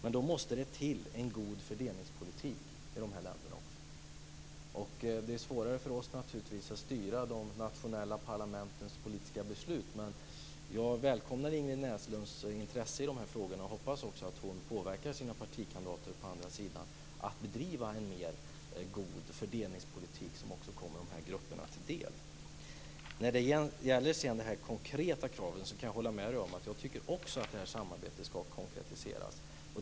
Men då måste det också till en god fördelningspolitik i dessa länder. Det är svårare för oss att styra de nationella parlamentens politiska beslut. Jag välkomnar Ingrid Näslunds intresse i dessa frågor och hoppas att hon påverkar sina partikamrater på andra sidan att bedriva en god fördelningspolitik som också kommer dessa grupper till del. När det sedan gäller de konkreta kraven kan jag hålla med Ingrid Näslund om att samarbetet skall konkretiseras.